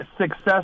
success